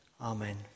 Amen